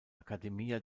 academia